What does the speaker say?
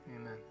Amen